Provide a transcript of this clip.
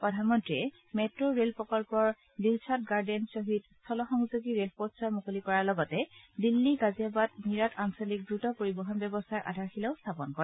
প্ৰধানমন্ত্ৰীয়ে metro rail প্ৰকল্পৰ Dilshad Garden ধহীদ স্থল সংযোগী ৰে'লপথছোৱা মুকলি কৰাৰ লগতে দিল্লী গাজিয়াবাদ মিৰাট আঞ্চলিক দ্ৰুত পৰিবহণ ব্যৱস্থাৰ আধাৰশিলা স্থাপন কৰে